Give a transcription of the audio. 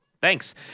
Thanks